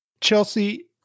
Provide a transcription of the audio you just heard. Chelsea